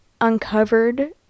uncovered